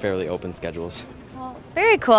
fairly open schedules very c